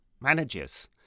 managers